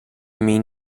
mean